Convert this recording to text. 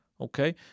okay